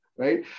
right